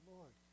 Lord